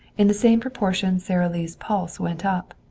in the same proportion sara lee's pulse went up.